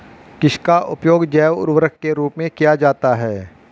किसका उपयोग जैव उर्वरक के रूप में किया जाता है?